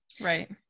Right